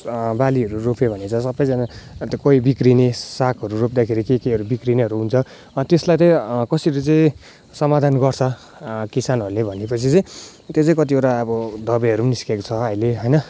बालीहरु रोप्यो भने चै सपैजाना कोइ बिक्रिने साकहरु रोप्दाखेरि के केहरू बिग्रिनेहरू हुन्छ त्यसलाइ चाहिँ कसरी चाहिँ समाधान गर्छ किसानहरूले भनेपछि चाहिँ त्यो चाहिँ कतिवटा अब दबाईहरू निस्केको छ अहिले होइन